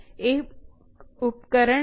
एक उपकरण लें